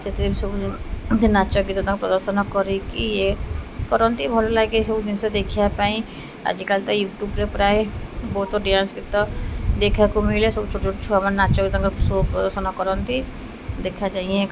ସେଥିରେ ବି ସବୁ ନାଚ ଗୀତ ତା' ପ୍ରଦର୍ଶନ କରିକି ଇଏ କରନ୍ତି ଭଲ ଲାଗେ ଏସବୁ ଜିନିଷ ଦେଖିବା ପାଇଁ ଆଜିକାଲି ତ ୟୁଟ୍ୟୁବ୍ରେ ପ୍ରାୟ ବହୁତ ଡ୍ୟାନ୍ସ ଗୀତ ଦେଖାକୁ ମିଳେ ସବୁ ଛୋଟ ଛୋଟ ଛୁଆମାନେ ନାଚ ଗୀତଙ୍କ ସୋ ପ୍ରଦର୍ଶନ କରନ୍ତି ଦେଖାଯାଏ ଇଏ